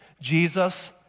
Jesus